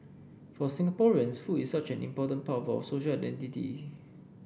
for Singaporeans food is such an important part of our social identity